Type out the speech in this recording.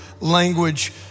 language